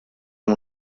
amb